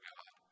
God